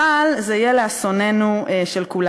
אבל זה יהיה לאסוננו כולנו,